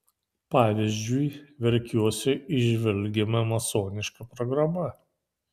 pavyzdžiui verkiuose įžvelgiama masoniška programa